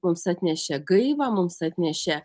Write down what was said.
mums atnešė gaivą mums atnešė